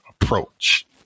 approach